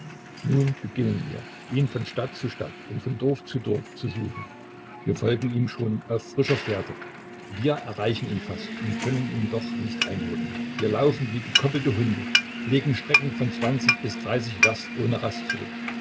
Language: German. nun beginnen wir ihn von stadt zu stadt und von dorf zu dorf zu suchen wir folgen ihm schon auf frischer fährte wir erreichen ihn fast und können ihn doch nicht einholen wir laufen wie gekoppelte hunde legen strecken von zwanzig bis dreißig werst ohne rast zurück